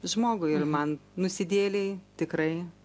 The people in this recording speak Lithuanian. žmogui ir man nusidėjėlei tikrai